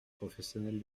professionnels